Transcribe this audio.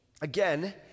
Again